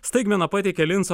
staigmeną pateikė linco